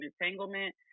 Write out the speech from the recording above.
entanglement